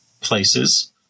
places